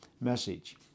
message